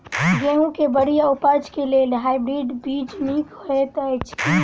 गेंहूँ केँ बढ़िया उपज केँ लेल हाइब्रिड बीज नीक हएत अछि की?